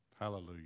Hallelujah